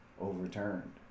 overturned